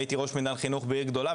הייתי ראש מינהל חינוך בעיר גדולה